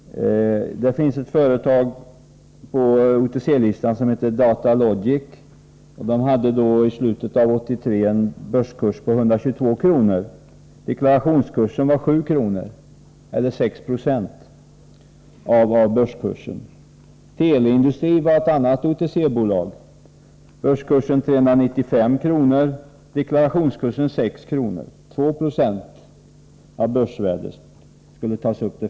Det finns ett företag på OTC-listan som heter Data Logic. I slutet av 1983 var aktiernas börskurs 122 kr. Deklarationsvärdet var 7 kr. eller 6 976 av börskursen. Sv. Tele är ett annat OTC-bolag. Börskursen var 395 kr. och deklarationsvärdet 6 kr. eller 290 av börskursen.